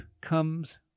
comes